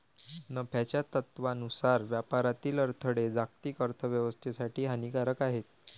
नफ्याच्या तत्त्वानुसार व्यापारातील अडथळे जागतिक अर्थ व्यवस्थेसाठी हानिकारक आहेत